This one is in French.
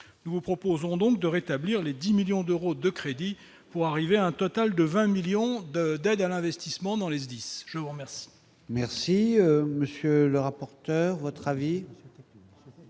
nous vous proposons donc de rétablir les 10 millions d'euros de crédits pour arriver à un total de 20 millions d'aide à l'investissement dans les SDIS je vous remercie. Merci, monsieur le rapporteur, votre avis :